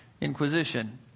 inquisition